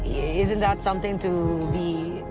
isn't that something to be,